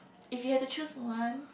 if you had to choose one